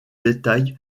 bétail